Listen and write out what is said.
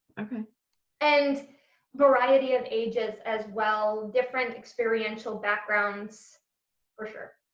and variety of ages as well, different experiential backgrounds for sure.